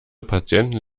patienten